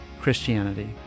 Christianity